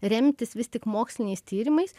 remtis vis tik moksliniais tyrimais